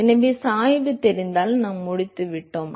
எனவே சாய்வு தெரிந்தால் நாம் முடித்துவிட்டோம்